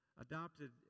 adopted